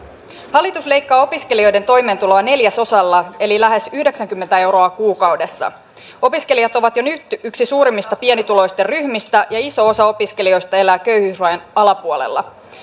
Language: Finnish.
hallitus leikkaa opiskelijoiden toimeentuloa neljäsosalla eli lähes yhdeksänkymmentä euroa kuukaudessa opiskelijat ovat jo nyt yksi suurimmista pienituloisten ryhmistä ja iso osa opiskelijoista elää köyhyysrajan alapuolella